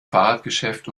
fahrradgeschäft